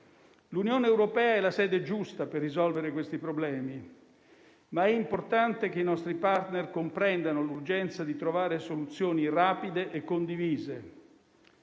L'Unione europea è la sede giusta per risolvere questi problemi, ma è importante che i nostri *partner* comprendano l'urgenza di trovare soluzioni rapide e condivise.